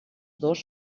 dos